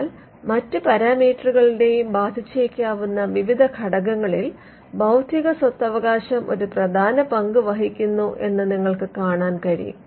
എന്നാൽ മറ്റ് പാരാമീറ്ററുകളെയും ബാധിച്ചേക്കാവുന്ന വിവിധ ഘടകങ്ങളിൽ ബൌദ്ധിക സ്വത്തവകാശം ഒരു പ്രധാന പങ്ക് വഹിക്കുന്നു എന്ന് നിങ്ങൾക്ക് കാണാൻ കഴിയും